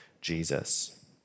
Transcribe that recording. Jesus